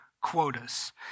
quotas